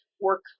work